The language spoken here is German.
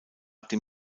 dem